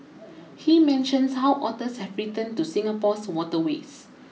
he mentions how otters have returned to Singapore's waterways